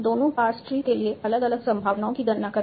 दोनों parse tree के लिए अलग अलग संभावनाओं की गणना करें